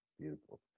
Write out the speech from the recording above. beautiful